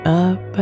up